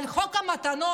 על חוק המתנות,